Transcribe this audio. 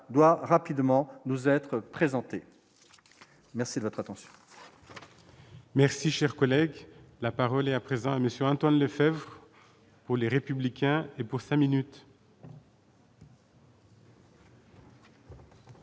doit rapidement nous être présentées, merci de votre attente.